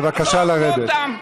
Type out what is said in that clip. בבקשה לרדת.